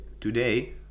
today